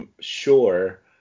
sure